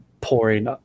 pouring